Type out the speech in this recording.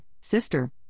sister